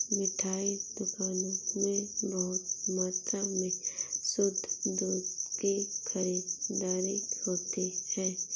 मिठाई दुकानों में बहुत मात्रा में शुद्ध दूध की खरीददारी होती है